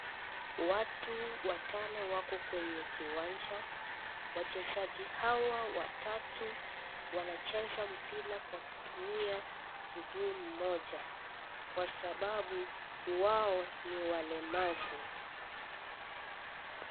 Watu watano wako kwenye uwanja. Wachezaji hawa watatu, wanacheza mpira kwa kutumia mguu moja kwa sababu, wao ni walemavu.